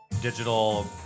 digital